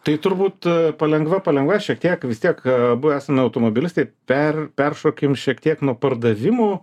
tai turbūt palengva palengva šiek tiek vis tiek abu esame automobilistai per peršokim šiek tiek nuo pardavimų